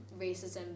racism